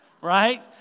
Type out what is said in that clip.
Right